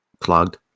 clogged